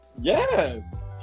Yes